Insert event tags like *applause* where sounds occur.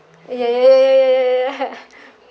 ya ya ya ya ya ya ya ya *laughs*